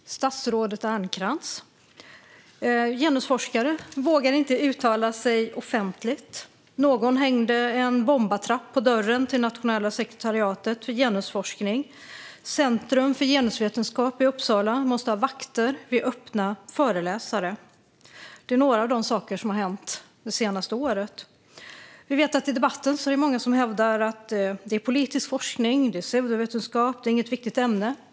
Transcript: Herr talman! Jag har en fråga till statsrådet Matilda Ernkrans. Genusforskare vågar inte uttala sig offentligt. Någon hängde en bombattrapp på dörren till Nationella sekretariatet för genusforskning. Centrum för genusvetenskap i Uppsala måste ha vakter vid öppna föreläsningar. Det är några av de saker som har hänt det senaste året. Vi vet att det i debatten är många som hävdar att detta är politisk forskning, pseudovetenskap, inget viktigt ämne.